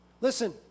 Listen